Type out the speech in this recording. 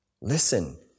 Listen